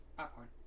Popcorn